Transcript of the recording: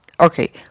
okay